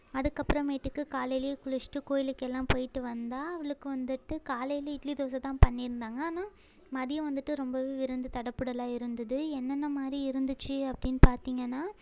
அதுக்கப்புறமேட்டுக்கு காலையிலேயே குளித்துட்டு கோயிலுக்கெல்லாம் போயிட்டு வந்தால் அவளுக்கு வந்துட்டு காலையில் இட்லி தோசை தான் பண்ணியிருந்தாங்க ஆனால் மதியம் வந்துட்டு ரொம்பவே விருந்து தடபுடலாக இருந்தது என்னென்ன மாதிரி இருந்துச்சு அப்படின்னு பார்த்தீங்கன்னா